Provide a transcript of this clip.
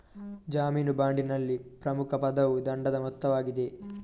ಜಾಮೀನು ಬಾಂಡಿನಲ್ಲಿನ ಪ್ರಮುಖ ಪದವು ದಂಡದ ಮೊತ್ತವಾಗಿದೆ